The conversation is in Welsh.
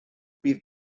bydd